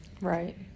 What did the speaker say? Right